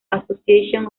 association